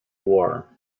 war